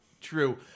true